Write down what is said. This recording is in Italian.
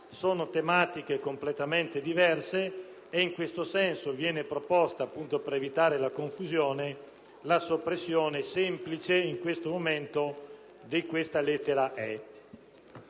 Sono tematiche completamente diverse e in questo senso viene proposta, appunto per evitare la confusione, la soppressione semplice in questo momento della lettera